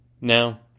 Now